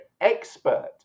expert